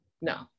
no